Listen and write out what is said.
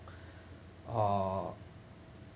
or